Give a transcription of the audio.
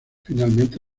finalmente